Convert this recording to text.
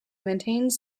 maintains